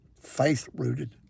faith-rooted